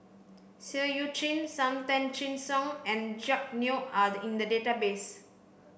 Seah Eu Chin Sam Tan Chin Siong and Jack Neo are in the database